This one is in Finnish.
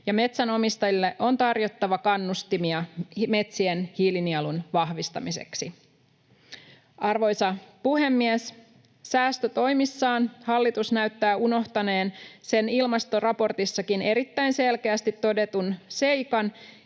metsänomistajille on tarjottava kannustimia metsien hiilinielun vahvistamiseksi. Arvoisa puhemies! Säästötoimissaan hallitus näyttää unohtaneen sen ilmastoraportissakin erittäin selkeästi todetun seikan,